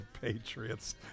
Patriots